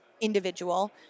individual